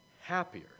happier